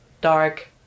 dark